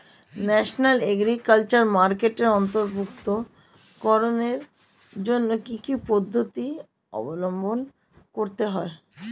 National agriculture মার্কেটে অন্তর্ভুক্তিকরণের জন্য কি কি পদ্ধতি অবলম্বন করতে হয়?